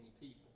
people